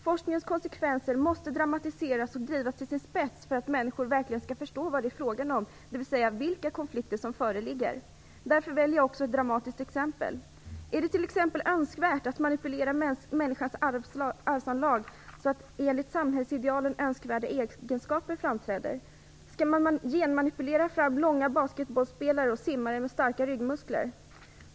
Forskningens konsekvenser måste dramatiseras och drivas till sin spets för att människor verkligen skall förstå vad det är frågan om, dvs. vilka konflikter som föreligger. Därför väljer jag också dramatiska exempel. Är det t.ex. önskvärt att manipulera människans arvsanlag så att enligt samhällsidealen önskvärda egenskaper framträder? Skall man genmanipulera fram långa basketbollspelare och simmare med starka ryggmuskler?